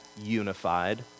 unified